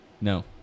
No